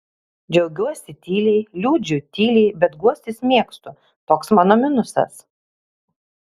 džiaugiuosi tyliai liūdžiu tyliai bet guostis mėgstu toks mano minusas